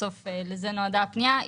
שבסוף לזה נועדה הפנייה,